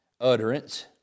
utterance